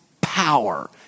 power